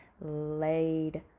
laid